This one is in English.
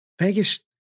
Vegas